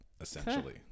essentially